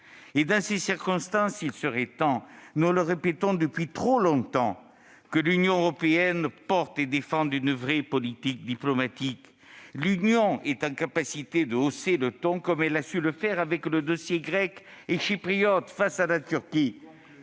Dans ces circonstances, il serait temps- nous le répétons déjà depuis trop longtemps ! -que l'Union européenne défende une vraie politique diplomatique : elle est en capacité de hausser le ton, comme elle a su déjà le faire sur les dossiers grec et chypriote face à la Turquie.